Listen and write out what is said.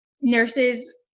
nurses